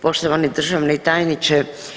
Poštovani državni tajniče.